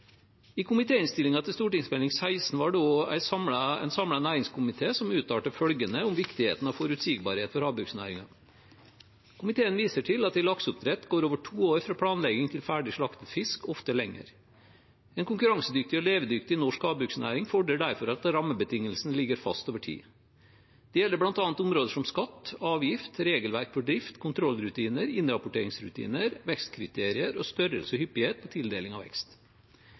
I komitéinnstillingen til Meld. St. 16 for 2014–2015 var det også en samlet næringskomité som uttalte følgende om viktigheten av forutsigbarhet for havbruksnæringen: «Komiteen viser til at det i lakseoppdrett går over to år fra planlegging til ferdig slaktet fisk, ofte lenger. En konkurransedyktig og levedyktig norsk havbruksnæring fordrer derfor at rammebetingelsene ligger fast over tid. Det gjelder blant annet områder som skatt, avgift, regelverk for drift, kontrollrutiner, innrapporteringsrutiner, vekstkriterier og størrelse og hyppighet på tildeling av vekst.»